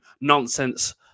nonsense